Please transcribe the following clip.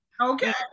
Okay